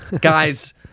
Guys